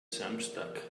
samstag